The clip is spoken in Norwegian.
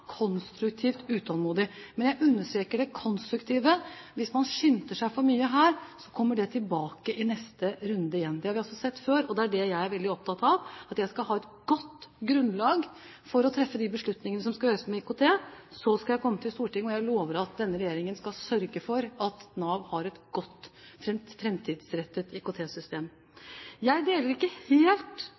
konstruktivt utålmodig, men jeg understreker det konstruktive. Hvis man skynder seg for mye her, kommer det tilbake i neste runde. Det har vi også sett før. Jeg er veldig opptatt av at jeg skal ha et godt grunnlag for å treffe beslutningene når det gjelder IKT, og så skal jeg komme til Stortinget. Jeg lover at denne regjeringen skal sørge for at Nav har et godt, framtidsrettet IKT-system. Jeg deler ikke helt